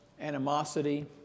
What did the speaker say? animosity